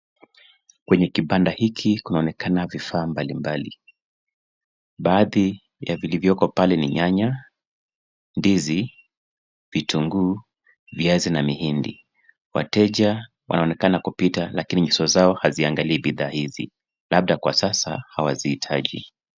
Kwenye kibanda hiki kunaonekana vifaa mbalimbali. Baadhi ya vilivyoko pale ni nyanya, ndizi, vitunguu, viazi na mihindi. Wateja wanaonekana kupita lakini nyuso zao haziangalii bidhaa hizi, labda kwa sasa hawaziitaji.